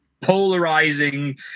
polarizing